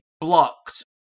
blocked